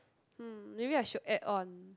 um maybe I should add on